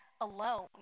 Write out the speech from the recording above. alone